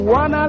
one